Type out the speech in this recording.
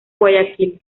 guayaquil